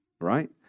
Right